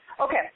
Okay